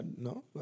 No